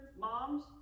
moms